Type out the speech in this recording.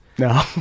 No